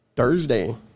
Thursday